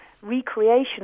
recreation